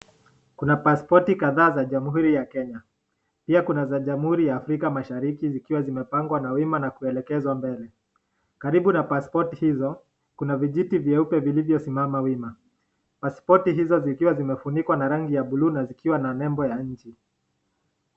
Kuna pasipoti kadhaa katika jamuhuri ya kenya. Pia kuna za jamuhuri ya afrika mashariki zikiwa zimepangwa na wima na kuelekezwa mbele. Karibu na passpoti hizo kuna vijiti vieupe vilivyosimama wima. Passpoti hizo zikiwa zimefunikwa na rangi ya buluu na zikiwa na nembo ya nchi.